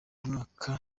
mwaka